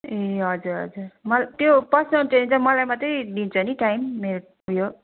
ए हजुर हजुर मैले त्यो पर्सनल ट्रेनिङ चाहिँ मलाई मात्रै दिन्छ नि टाइम मेरो उयो